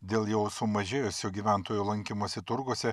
dėl jo sumažėjusio gyventojų lankymosi turguose